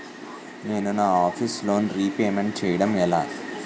నేను నా office loan repayment చేయడం ఎలా?